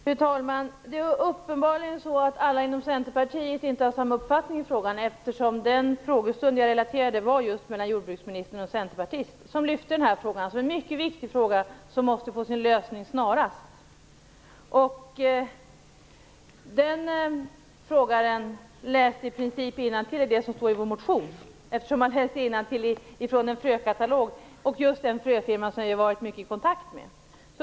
Fru talman! Uppenbarligen har inte alla inom Centerpartiet samma uppfattning i frågan. Den frågedebatt som jag relaterade var just mellan jordbruksministern och en centerpartist, som lyfte fram den här frågan. Det är en mycket viktig fråga som måste få sin lösning snarast. Frågeställaren läste i princip upp vad som står i vår motion. Han läste innantill från en frökatalog från den firma som jag varit i kontakt med.